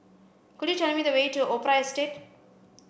could you tell me the way to Opera Estate